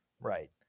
Right